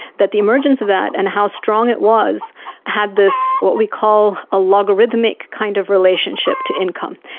that the emergence of that and how strong it was had this what we call a logarithmic kind of relationship to income.